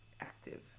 active